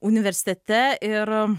universitete ir